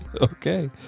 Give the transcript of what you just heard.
okay